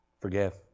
Forgive